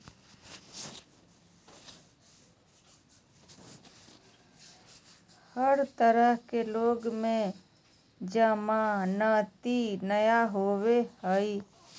हर तरह के लोन में जमानती नय होबो हइ